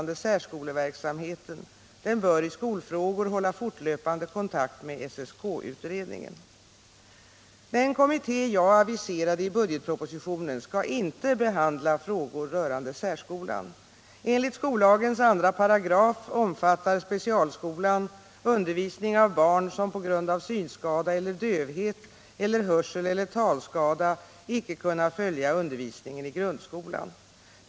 Den kommitté jag aviserade i budgetpropositionen skall inte behandla frågor rörande särskolan. Enligt 2a§ skollagen omfattar specialskolan undervisning av ”barn som på grund av synskada eller dövhet celler hörseleller talskada icke kunna följa undervisningen i grundskolan”.